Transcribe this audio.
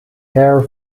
hair